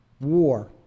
war